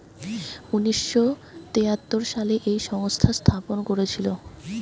উনিশ শ তেয়াত্তর সালে এই সংস্থা স্থাপন করেছিল